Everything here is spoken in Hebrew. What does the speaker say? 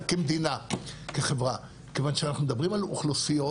כמדינה, כחברה, כיוון שאנחנו מדברים על אוכלוסיות